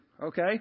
Okay